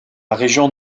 région